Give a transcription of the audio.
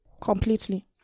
Completely